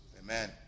Amen